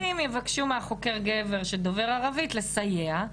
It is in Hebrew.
ברוב המקרים יבקשו מחוקר גבר שדובר ערבית לסייע,